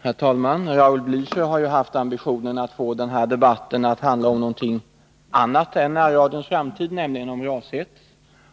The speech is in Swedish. Herr talman! Raul Blächer har haft ambitionen att få debatten att handla om något annat än närradions framtid, nämligen om rashets.